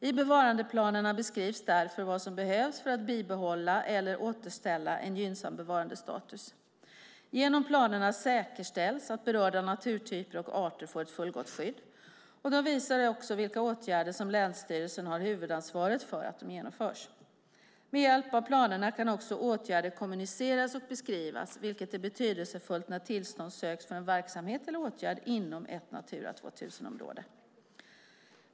I bevarandeplanerna beskrivs därför vad som behövs för att bibehålla eller återställa en gynnsam bevarandestatus. Genom planerna säkerställs att berörda naturtyper och arter får ett fullgott skydd. De visar också vilka åtgärder länsstyrelsen har huvudansvaret för att de genomförs. Med hjälp av planerna kan också åtgärder kommuniceras och beskrivas, vilket är betydelsefullt när tillstånd söks för en verksamhet eller åtgärd inom ett Natura 2000-område.